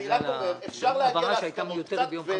אני רק אומר שאפשר להגיע להסכמות עם קצת